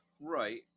right